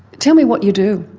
tell me what you do?